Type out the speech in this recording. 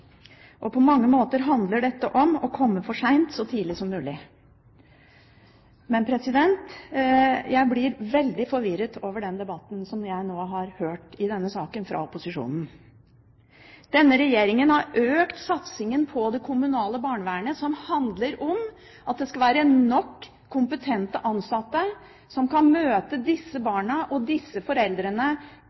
å komme for sent så tidlig som mulig. Men jeg blir veldig forvirret over innleggene i denne debatten som jeg nå har hørt fra opposisjonen. Denne regjeringen har økt satsingen på det kommunale barnevernet, som handler om at det skal være nok kompetente ansatte som kan møte disse barna og disse foreldrene